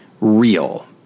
real